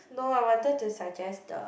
no I wanted to suggest the